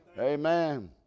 Amen